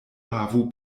havu